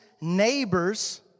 neighbors